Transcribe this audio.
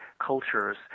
cultures